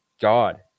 God